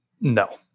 No